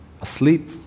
Asleep